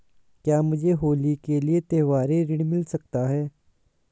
क्या मुझे होली के लिए त्यौहारी ऋण मिल सकता है?